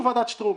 ועדת שטרום.